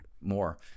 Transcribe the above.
more